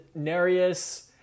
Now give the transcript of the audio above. Narius